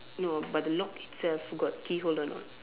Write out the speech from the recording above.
no but the lock itself got key hole or not